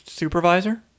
Supervisor